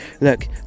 Look